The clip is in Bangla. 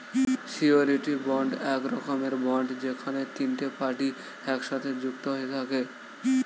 সিওরীটি বন্ড এক রকমের বন্ড যেখানে তিনটে পার্টি একসাথে যুক্ত হয়ে থাকে